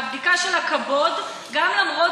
והבדיקה של הקבו"ד, גם למרות,